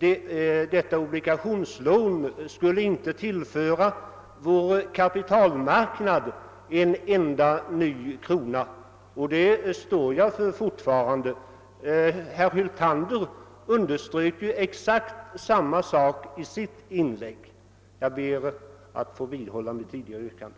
föreslagna obligationslånet inte skulle tillföra kapitalmarknaden ytterligare en enda krona, och det står jag för. Herr Hyltander underströk exakt samma sak i sitt inlägg. Jag vidhåller mitt tidigare yrkande.